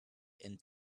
and